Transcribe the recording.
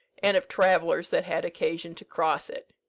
and of travellers that had occasion to cross it.